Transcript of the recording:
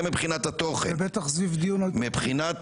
מבחינת